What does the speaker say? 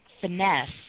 finesse